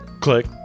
Click